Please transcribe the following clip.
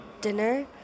dinner